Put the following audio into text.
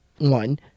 One